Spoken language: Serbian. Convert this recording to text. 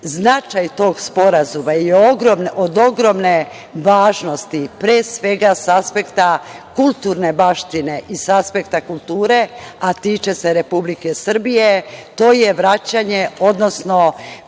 tog sporazuma je od ogromne važnosti sa aspekta kulturne baštine i sa aspekta kulture, a tiče se Republike Srbije. To je vraćanje, odnosno